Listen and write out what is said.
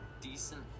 decent